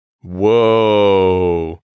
Whoa